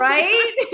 Right